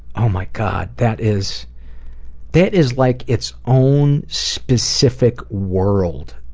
oh my god, that is that is like its own specific world.